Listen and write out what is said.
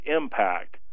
impact